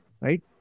right